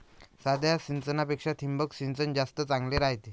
साध्या सिंचनापेक्षा ठिबक सिंचन जास्त चांगले रायते